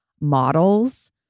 models